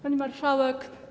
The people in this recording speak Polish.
Pani Marszałek!